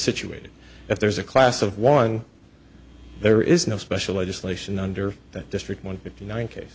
situated if there's a class of one there is no special legislation under that district one fifty nine case